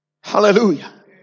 Hallelujah